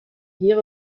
hier